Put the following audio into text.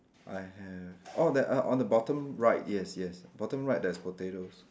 I have oh there are on the bottom right yes yes bottom right there's potatoes